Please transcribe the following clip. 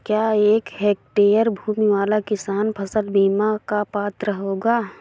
क्या एक हेक्टेयर भूमि वाला किसान फसल बीमा का पात्र होगा?